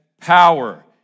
power